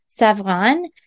Savran